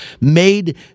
made